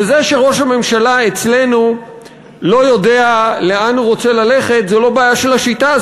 וזה שראש הממשלה אצלנו לא יודע לאן הוא רוצה ללכת זו לא בעיה של השיטה,